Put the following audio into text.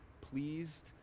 pleased